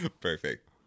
Perfect